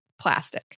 plastic